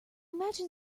imagine